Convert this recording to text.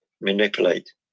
manipulate